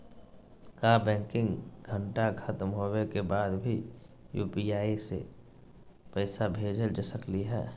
का बैंकिंग घंटा खत्म होवे के बाद भी यू.पी.आई से पैसा भेज सकली हे?